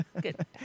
good